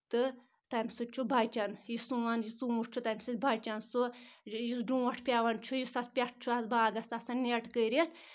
تہٕ تَمہِ سۭتۍ چھُ بچان یہِ سون یہِ ژوٗنٛٹھۍ چھُ تَمہِ سۭتۍ چھُ بچان سُہ یُس ڈونٛٹھ پؠوان چھُ یُس اَتھ پؠٹھ چھُ اتھ باغس آسن نؠٹ کٔرِتھ